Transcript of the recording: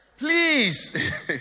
Please